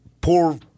poor